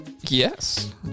Yes